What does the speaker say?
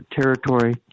territory